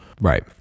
Right